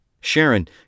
Sharon